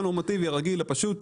האזרח הנורמטיבי, הרגיל, הפשוט,